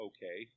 Okay